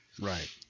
right